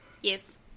Yes